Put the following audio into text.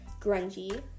Grungy